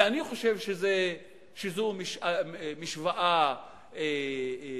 אני חושב שזאת משוואה מרושעת,